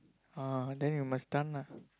ah then you must done lah